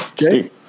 Steve